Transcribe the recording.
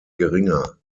geringer